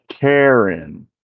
Karen